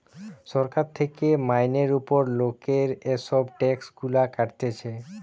সরকার থেকে মাইনের উপর লোকের এসব ট্যাক্স গুলা কাটতিছে